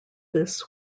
this